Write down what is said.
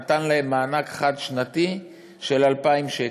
הוא נתן להם מענק חד-שנתי של 2,000 שקל.